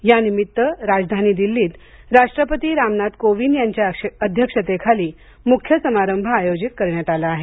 या निमित्त राजधानी दिल्लीत राष्ट्रपती रामनाथ कोविंद यांच्या अध्यक्षतेखाली मुख्य समारंभ आयोजित करण्यात आला आहे